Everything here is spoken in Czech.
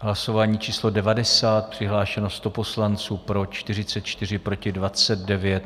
Hlasování číslo 90, přihlášeno 100 poslanců, pro 44, proti 29.